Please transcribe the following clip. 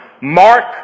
Mark